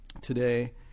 today